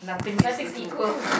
nothing's equal